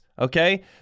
Okay